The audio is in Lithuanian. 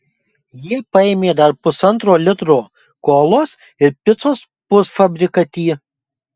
jie paėmė dar pusantro litro kolos ir picos pusfabrikatį